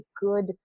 good